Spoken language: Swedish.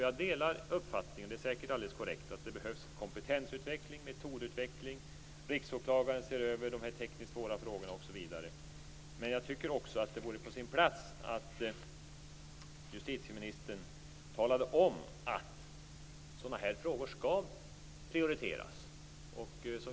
Jag delar uppfattningen att det behövs kompetensutveckling, metodutveckling och att Riksåklagaren ser över de tekniskt svåra frågorna osv. Men jag tycker också att det vore på sin plats att justitieministern talade om att sådana här frågor skall prioriteras.